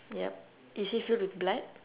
yup is he filled with blood